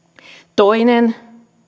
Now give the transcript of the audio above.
toinen